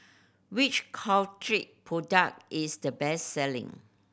which Caltrate product is the best selling